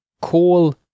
call